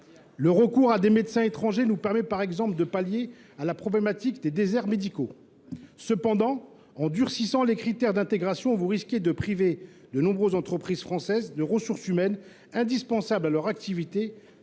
Le recours à des médecins étrangers nous permet par exemple de pallier le problème des déserts médicaux. En durcissant les critères d’intégration, vous risquez de priver de nombreuses entreprises françaises de ressources humaines indispensables à leur activité,